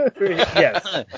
Yes